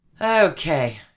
Okay